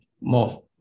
more